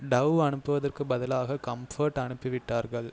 tau அனுப்புவதற்குப் பதிலாக Comfort அனுப்பிவிட்டார்கள்